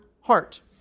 heart